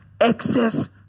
excess